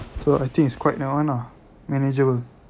so I think is quite that [one] ah manageable